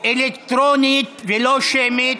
אלקטרונית ולא שמית.